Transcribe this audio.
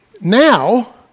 Now